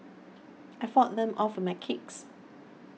I fought them off my kicks